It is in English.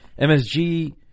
MSG